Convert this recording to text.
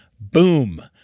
boom